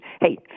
Hey